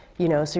you know. so,